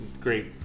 great